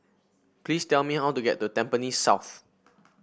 please tell me how to get to Tampines South